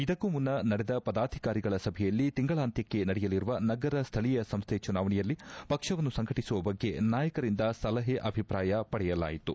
ಇದಕ್ಕೂ ಮುನ್ನ ನಡೆದ ಪದಾಧಿಕಾರಿಗಳ ಸಭೆಯಲ್ಲಿ ತಿಂಗಳಾಂತ್ಯಕ್ಷೆ ನಡೆಯಲಿರುವ ನಗರ ಸ್ಥಳೀಯ ಸಂಸ್ಥೆ ಚುನಾವಣೆಯಲ್ಲಿ ಪಕ್ಷವನ್ನು ಸಂಘಟಿಸುವ ಬಗ್ಗೆ ನಾಯಕರಿಂದ ಸಲಹೆ ಅಭಿಪ್ರಾಯ ಪಡೆಯಲಾಯಿತು